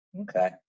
Okay